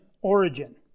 origin